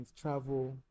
Travel